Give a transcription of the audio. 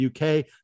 UK